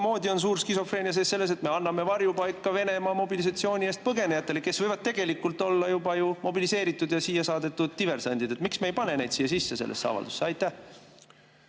Samamoodi on suur skisofreenia sees selles, et me anname varjupaika Venemaa mobilisatsiooni eest põgenejatele, kes võivad tegelikult olla juba mobiliseeritud ja siia saadetud diversandid. Miks me ei pane neid siia avaldusse sisse? Aitäh!